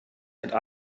and